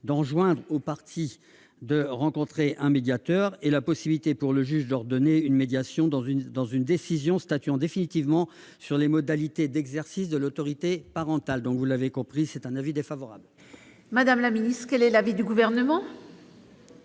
d'enjoindre aux parties de rencontrer un médiateur, et à la possibilité pour le juge d'ordonner une médiation dans une décision statuant définitivement sur les modalités d'exercice de l'autorité parentale. L'avis est donc défavorable. Quel est l'avis du Gouvernement ?